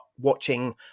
watching